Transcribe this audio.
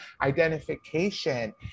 identification